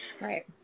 Right